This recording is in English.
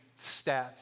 stats